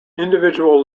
individual